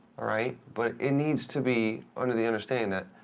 all right? but it needs to be under the understanding that,